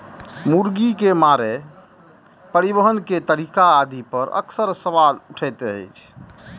मुर्गी के मारै, परिवहन के तरीका आदि पर अक्सर सवाल उठैत रहै छै